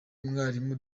umwarimu